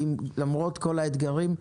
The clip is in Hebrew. למרות כל האתגרים,